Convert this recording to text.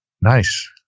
Nice